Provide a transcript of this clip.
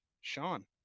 Sean